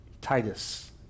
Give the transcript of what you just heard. Titus